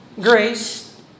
grace